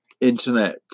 internet